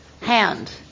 hand